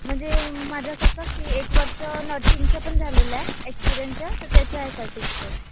म्हणजे माझं कसं की एक वर्ष नर्सिंगचं पण झालेलं आहे एक्सपीरियन्सचं तर त्याचं आहे सर्टिफिकेट